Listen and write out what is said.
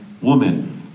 woman